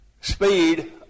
speed